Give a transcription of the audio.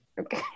Okay